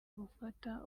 gufata